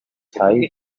high